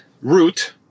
route